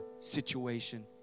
situation